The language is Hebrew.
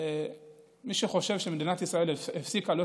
מי שחושב שמדינת ישראל הפסיקה להיות